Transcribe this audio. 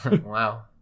wow